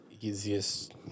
easiest